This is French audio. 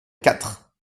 quatre